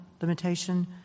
limitation